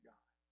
God